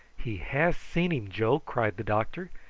he has seen him, joe, cried the doctor.